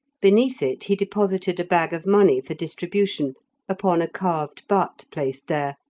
beneath it he deposited a bag of money for distribution upon a carved butt placed there,